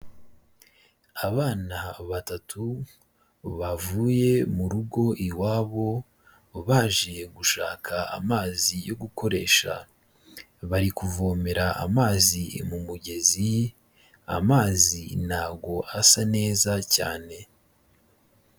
Abana batatu bavuye mu rugo iwabo, baje gushaka amazi yo gukoresha. Bari kuvomera amazi mu mugezi, amazi nago asa neza cyane.